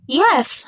yes